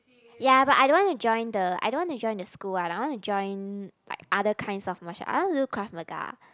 ya but I don't want to join the I don't want to join the school one I want to join like other kinds of martial art I want to do Krav-Maga